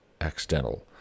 accidental